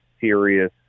serious